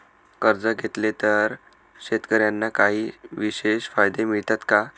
कर्ज घेतले तर शेतकऱ्यांना काही विशेष फायदे मिळतात का?